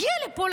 הגיעה לפה,